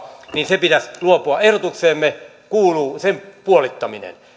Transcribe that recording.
niin siitä pitäisi luopua ehdotukseemme kuuluu sen puolittaminen